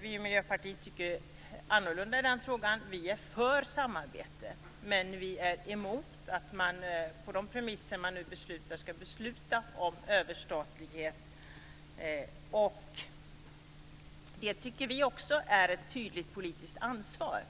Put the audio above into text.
Vi i Miljöpartiet tycker annorlunda i den frågan. Vi är för samarbete, men vi är emot att med de premisser som finns fatta beslut om överstatlighet. Det är ett tydligt politiskt ansvar.